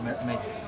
amazing